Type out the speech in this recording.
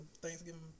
Thanksgiving